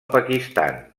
pakistan